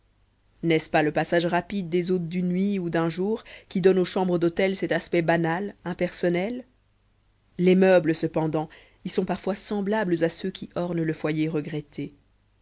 n'est-ce pas le passage rapide des hôtes d'une nuit ou d'un jour qui donne aux chambres d'hôtel cet aspect banal impersonnel les meubles cependant y sont parfois semblables à ceux qui ornent le foyer regretté